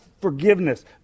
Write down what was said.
forgiveness